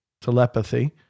telepathy